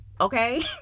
okay